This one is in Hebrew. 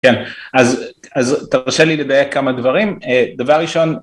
כן אז תרשה לי לדייק כמה דברים, דבר ראשון